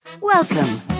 Welcome